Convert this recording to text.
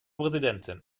präsidentin